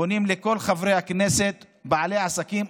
פונים לכל חברי הכנסת בעלי עסקים,